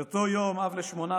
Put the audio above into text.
באותו יום אב לשמונה,